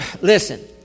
listen